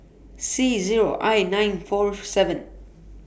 C Zero I nine four seven